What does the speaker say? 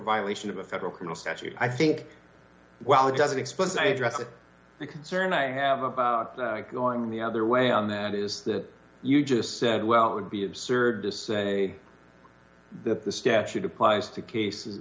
violation of a federal criminal statute i think well it doesn't expose i address that concern i have about going the other way on that is that you just said well it would be absurd to say that the statute applies to cases